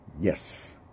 Yes